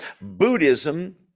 Buddhism